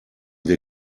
wir